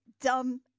dumb